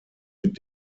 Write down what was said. mit